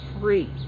free